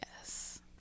Yes